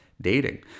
dating